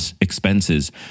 expenses